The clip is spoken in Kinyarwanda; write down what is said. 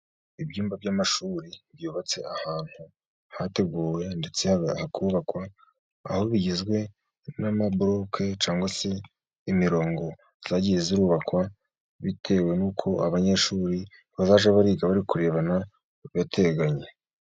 Ibyumba by'amashuri byubatse ahantu hateguwe, ndetse hakubabakwa, aho bigizwe n'amaburoke cyangwa se imirongo yagiye yubarukwa, bitewe n'uko abanyeshuri bazajya bariga bari kurebana, bagateganye.